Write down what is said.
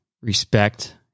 respect